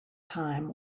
time